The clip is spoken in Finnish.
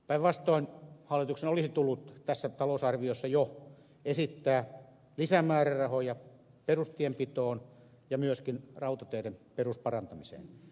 päinvastoin hallituksen olisi tullut tässä talousarviossa jo esittää lisämäärärahoja perustienpitoon ja myöskin rautateiden perusparantamiseen